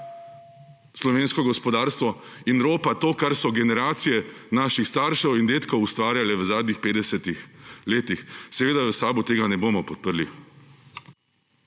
slovensko gospodarstvo in ropa to, kar so generacije naših staršev in dedkov ustvarjale v zadnjih 50 letih. Seveda v SAB tega ne bomo podprli.